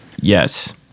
Yes